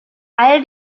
all